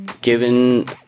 Given